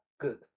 good